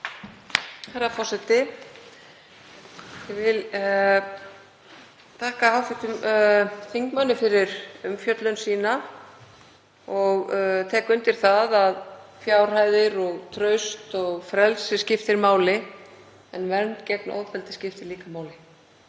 Herra forseti. Ég vil þakka hv. þingmanni fyrir umfjöllun sína og tek undir það að fjárhæðir og traust og frelsi skiptir máli en vernd gegn ofbeldi skiptir líka máli.